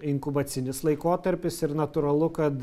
inkubacinis laikotarpis ir natūralu kad